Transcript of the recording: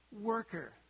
worker